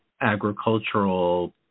agricultural